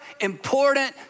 important